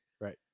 Right